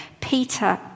Peter